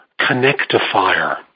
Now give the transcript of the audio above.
Connectifier